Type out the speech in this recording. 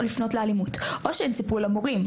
או לפנות לאלימות; או שהן סיפרו למורים,